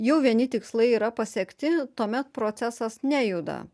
jau vieni tikslai yra pasiekti tuomet procesas nejuda